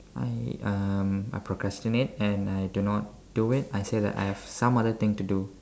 I um I procrastinate and I do not do it I say that I have some other thing to do